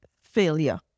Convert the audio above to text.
failure